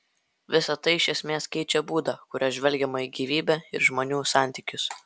visa tai iš esmės keičia būdą kuriuo žvelgiama į gyvybę ir žmonių santykius